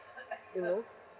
you know